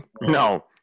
No